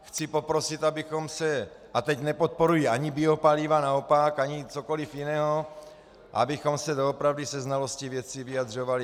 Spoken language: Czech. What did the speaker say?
Chci poprosit, abychom se, a teď nepodporuji ani biopaliva, naopak, ani cokoliv jiného, abychom se doopravdy se znalostí věci vyjadřovali.